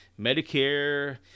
Medicare